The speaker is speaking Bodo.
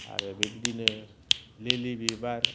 आरो बिबादिनो लिलि बिबार